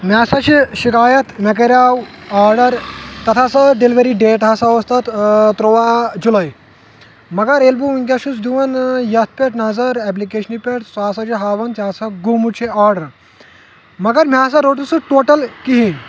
مےٚ سَا چھِ شِکایَت مےٚ کَرو آرڈَر تَتھ ہَسا ٲسۍ ڈیٚلؤری ڈیٹ ہَسا اوس تَتھ تُرٛواہ جُلے مگر ییٚلہِ بہٕ ؤنکٮ۪س چھُس دِوان یَتھ پٮ۪ٹھ نظر اٮ۪پلِکیشنہِ پٮ۪ٹھ سۄ ہَسا چھِ ہاوان ژےٚ سَا گوٚمُت چھِ آرڈَر مگر مےٚ سَا روٚٹ نہٕ سُہ ٹوٹَل کِہینۍ